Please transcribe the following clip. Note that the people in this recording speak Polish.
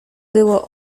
było